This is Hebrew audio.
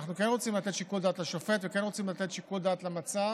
אנחנו כן רוצים לתת שיקול דעת לשופט וכן רוצים לתת שיקול דעת למצב,